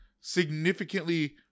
significantly